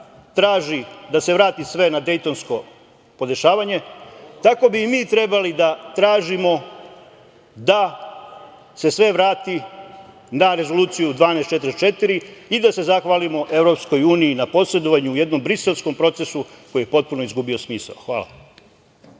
traži da se vrati sve na Dejtonsko podešavanje, tako bi i mi trebali da tražimo da se sve vrati na Rezoluciju 1244 i da se zahvalimo EU na posedovanju u jednom Briselskom procesu koji je potpuno izgubio smisao. Hvala.